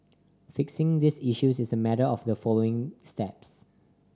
fixing these issues is a matter of following the steps